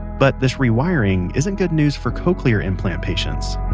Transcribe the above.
but this rewiring isn't good news for cochlear implant patients